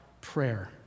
prayer